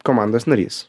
komandos narys